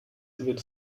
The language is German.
wird